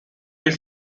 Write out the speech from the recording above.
been